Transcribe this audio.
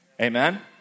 Amen